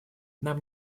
нам